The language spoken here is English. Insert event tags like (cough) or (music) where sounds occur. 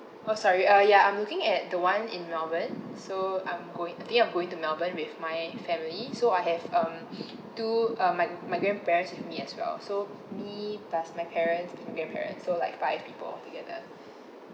oh sorry uh ya I'm looking at the one in melbourne so I'm going I think I'm going to melbourne with my family so I have um (breath) two uh my my grandparents with me as well so me plus my parents my grandparents so like five people altogether